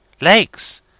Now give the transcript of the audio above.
lakes